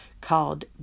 called